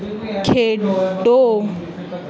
ਖੇਡੋ